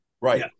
Right